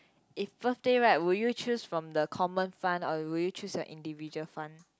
if birthday right will you choose from the common fund or will you choose the individual fund